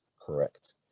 correct